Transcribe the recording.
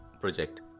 project